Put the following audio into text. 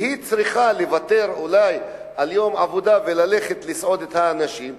והיא צריכה לוותר אולי על יום עבודה וללכת לסעוד את האנשים,